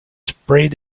sprayed